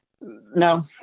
No